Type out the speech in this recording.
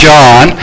John